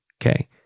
okay